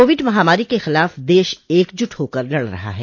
Covid महामारी के खिलाफ देश एकजुट होकर लड़ रहा है